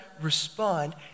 respond